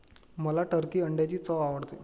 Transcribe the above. मला टर्की अंड्यांची चव आवडते